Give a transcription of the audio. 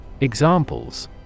Examples